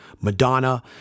Madonna